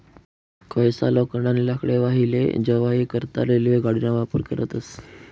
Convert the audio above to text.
कोयसा, लोखंड, आणि लाकडे वाही लै जावाई करता रेल्वे गाडीना वापर करतस